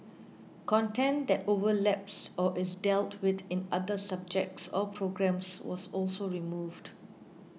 content that overlaps or is dealt with in other subjects or programmes was also removed